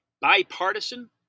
bipartisan